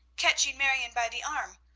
catching marion by the arm,